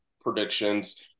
predictions